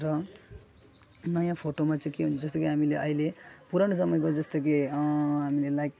र नयाँ फोटोमा चाहिँ के हुन्छ जस्तो कि हामीले अहिले पुरानो समयको जस्तो कि हामीले लाइक